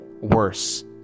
worse